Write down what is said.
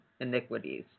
Iniquities